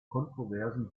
kontroversen